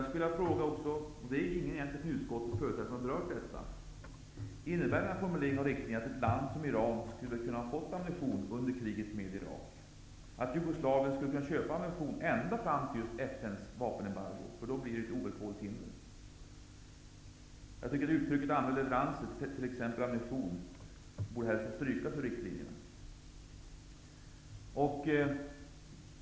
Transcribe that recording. Det är egentligen ingen av utskottets företrädare som har berört detta. Innebär den här formuleringen av riktlinjerna att ett land som Iran hade kunnat få ammunition under kriget mot Irak? Skulle Jugoslavien ha kunnat köpa ammunition ända fram till FN:s vapenembargo? Då uppstod ju ett ovillkorligt hinder. Jag tycker att uttrycket ''andra leveranser, t.ex. ammunition'' borde strykas ur riktlinjerna.